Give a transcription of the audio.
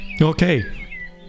Okay